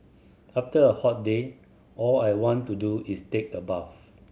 after a hot day all I want to do is take a bath